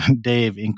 Dave